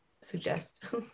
suggest